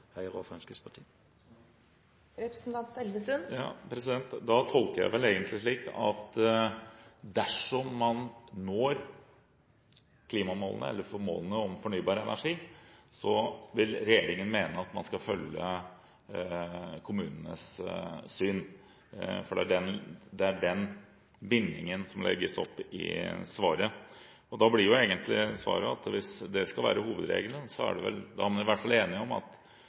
Høyre og Fremskrittspartiet. Da tolker jeg det vel egentlig slik at dersom man når målene om fornybar energi, vil regjeringen mene at man skal følge kommunenes syn – for det er den bindingen det legges opp til i svaret. Da blir egentlig svaret at hvis det skal være hovedregelen, er man i hvert fall enig om at